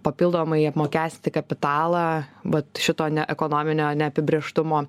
papildomai apmokesti kapitalą vat šito ne ekonominio neapibrėžtumo